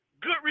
good